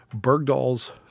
Bergdahl's